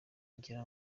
ngira